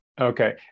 Okay